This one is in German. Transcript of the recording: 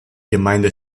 gemeinde